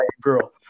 girl